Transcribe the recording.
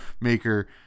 Maker